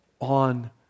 on